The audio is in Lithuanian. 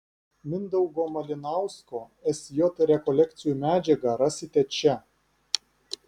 mindaugo malinausko sj rekolekcijų medžiagą rasite čia